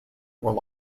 were